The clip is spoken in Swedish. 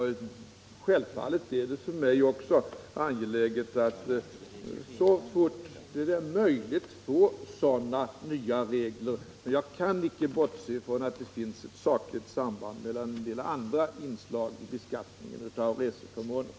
Självfallet är det också för mig angeläget att så fort det är möjligt få till stånd sådana nya regler. Men jag kan icke bortse från att det finns ett sakligt samband mellan denna fråga och en del andra inslag i beskattningen av reseförmåner.